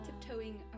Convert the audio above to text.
Tiptoeing